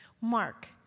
Mark